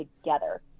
together